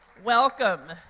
welcome.